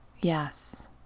Yes